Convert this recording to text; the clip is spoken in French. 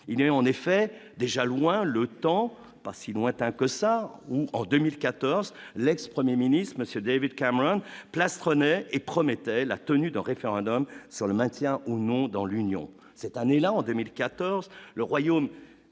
il avait en effet déjà loin le temps pas si lointain que ça ou en 2014, l'ex-1er ministre monsieur David Cameron plastronnait et promettait la tenue d'un référendum sur le maintien ou non dans l'Union, cette année là, en 2014, le Royaume